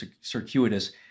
circuitous